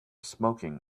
smoking